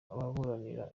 ababuranira